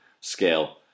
scale